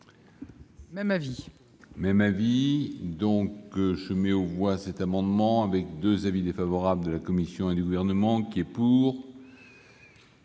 Même avis.